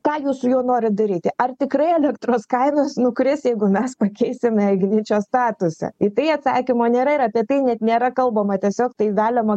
ką jūs su juo norit daryti ar tikrai elektros kainos nukris jeigu mes pakeisime igničio statusą į tai atsakymo nėra ir apie tai net nėra kalbama tiesiog tai veliama